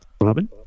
Robin